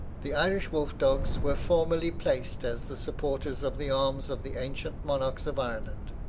the irish wolf-dogs were formerly placed as the supporters of the arms of the ancient monarchs of ireland.